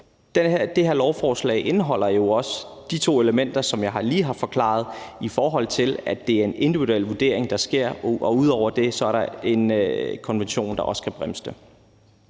Det her lovforslag indeholder jo også de to elementer, som jeg lige har forklaret, i forhold til at det er en individuel vurdering, der sker, og ud over det er der en konvention, der også skal bremse det.